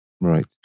right